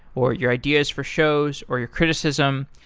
or your ideas for shows, or your criticism.